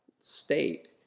state